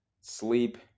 sleep